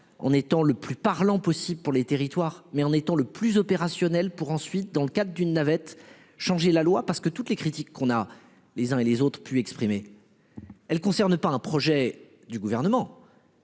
on étant le plus parlant possible pour les territoires mais en étant le plus opérationnel pour ensuite dans le cadre d'une navette changer la loi, parce que toutes les critiques qu'on a, les uns et les autres pu exprimer. Elle concerne pas un projet du gouvernement.